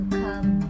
come